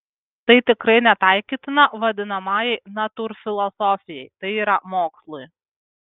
tai tikrai netaikytina vadinamajai natūrfilosofijai tai yra mokslui